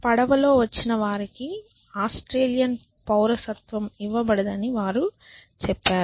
పడవలో వచ్చిన వారికి ఆస్ట్రేలియన్ పౌరసత్వం ఇవ్వబడదని వారు చెప్పారు